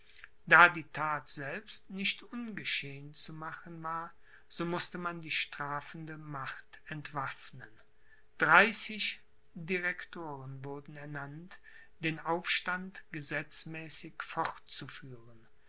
da die that selbst nicht ungeschehen zu machen war so mußte man die strafende macht entwaffnen dreißig direktoren wurden ernannt den aufstand gesetzmäßig fortzuführen